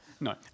No